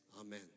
Amen